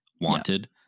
wanted